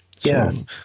Yes